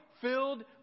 filled